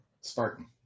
Spartan